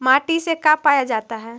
माटी से का पाया जाता है?